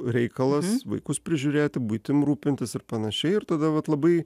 reikalas vaikus prižiūrėti buitim rūpintis ir panašiai ir tada vat labai